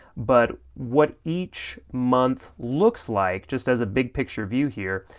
but what each month looks like, just as a big picture view here,